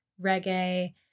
reggae